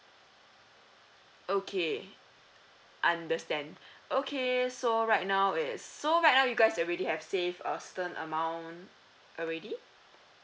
okay understand okay so right now it's so right now you guys already have saved a certain amount already